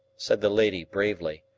said the lady bravely.